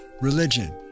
religion